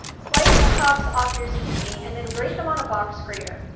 slice the tops off your zucchini, and then grate them on a box grader.